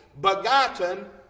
begotten